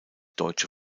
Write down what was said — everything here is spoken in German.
deutsche